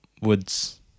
Woods